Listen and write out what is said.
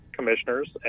commissioners